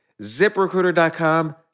ziprecruiter.com